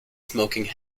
smoking